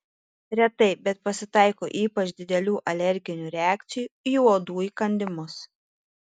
retai bet pasitaiko ypač didelių alerginių reakcijų į uodų įkandimus